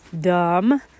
dumb